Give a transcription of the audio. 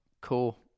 Cool